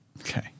Okay